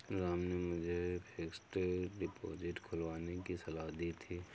राम ने मुझे fixed deposit खुलवाने की सलाह दी थी